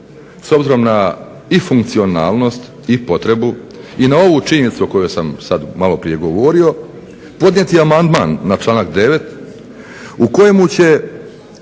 s obzirom i na funkcionalnost i na potrebu i na ovu činjenicu o kojoj sam sada malo prije govorio podnijeti amandman na članak 9.u kojemu će